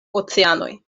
oceanoj